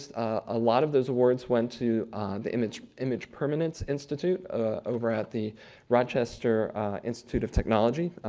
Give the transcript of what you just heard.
a lot of those awards went to the image image permanence institute over at the rochester institute of technology.